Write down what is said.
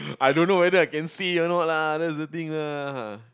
I don't know whether I can say or not lah that's the thing lah